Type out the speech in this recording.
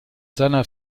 seiner